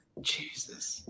Jesus